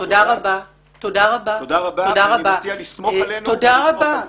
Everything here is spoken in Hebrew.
אני מציע לסמוך עלינו ועל צה"ל.